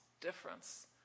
difference